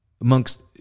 amongst